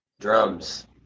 Drums